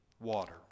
water